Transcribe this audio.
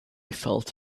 felt